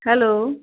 hello